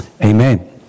Amen